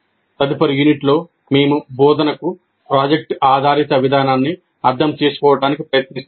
తదుపరి యూనిట్లో మేము బోధనకు ప్రాజెక్ట్ ఆధారిత విధానాన్ని అర్థం చేసుకోవడానికి ప్రయత్నిస్తాము